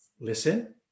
listen